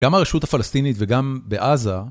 גם הרשות הפלסטינית וגם בעזה.